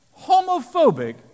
homophobic